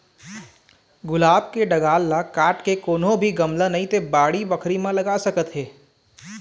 गुलाब के डंगाल ल काट के कोनो भी गमला नइ ते बाड़ी बखरी म लगा सकत हे